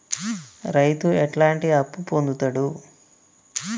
రైతు ఎట్లాంటి అప్పు పొందుతడు?